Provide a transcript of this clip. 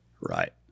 Right